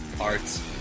arts